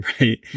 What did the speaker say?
Right